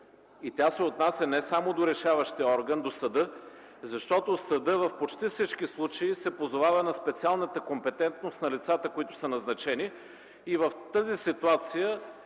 тя се отнася не само до решаващия орган – до съда, защото съдът в почти всички случаи се позовава на специалната компетентност на лицата, които са назначени. В тази ситуация